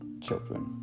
children